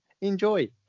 Enjoy